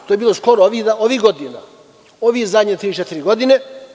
To je bilo skoro, ovih godina, ove zadnje tri-četiri godine.